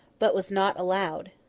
but was not allowed.